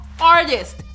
artist